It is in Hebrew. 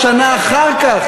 בשנה אחר כך,